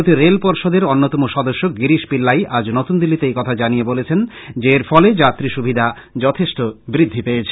ভারতীয় রেল পর্ষদের অন্যতম সদস্য গিরিশ পিল্লাই আজ নতুনদিল্লীতে এই কথা জানিয়ে বলেছেন যে এর ফলে যাত্রী সুবিধা যথেষ্ট বৃদ্ধি পেয়েছে